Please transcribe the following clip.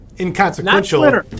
Inconsequential